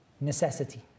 necessity